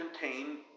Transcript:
contain